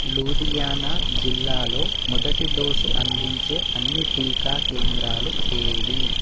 లూధియానా జిల్లాలో మొదటి డోసు అందించే అన్ని టీకా కేంద్రాలు ఏవి